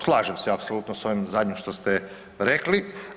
Slažem se apsolutno s ovim zadnjim što ste rekli.